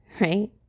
right